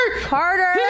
Carter